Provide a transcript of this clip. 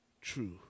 true